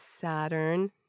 Saturn